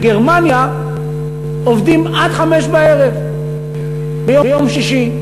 בגרמניה עובדים עד 17:00 ביום שישי,